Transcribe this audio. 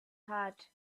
had